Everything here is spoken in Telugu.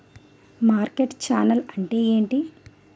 మార్కెట్ ఛానల్ అంటే ఏంటి?